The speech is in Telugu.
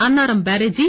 అన్నారం బ్యారేజీ